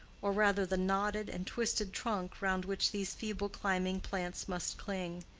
or rather the knotted and twisted trunk, round which these feeble climbing plants must cling.